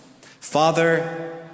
Father